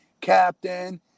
Captain